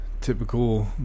Typical